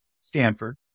Stanford